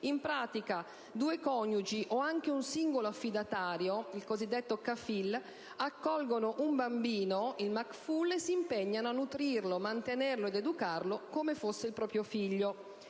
In pratica due coniugi, o anche un singolo affidatario (il cosiddetto *kafil*), accolgono un bambino (*makful*) e si impegnano a nutrirlo, mantenerlo ed educarlo come fosse il proprio figlio.